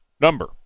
number